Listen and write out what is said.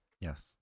Yes